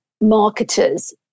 marketers